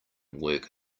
work